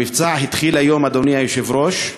המבצע התחיל היום, אדוני היושב-ראש,